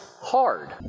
hard